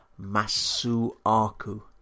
Masuaku